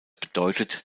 bedeutet